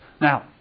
Now